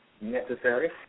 necessary